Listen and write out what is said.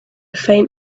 faint